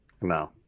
No